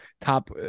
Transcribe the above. top